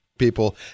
people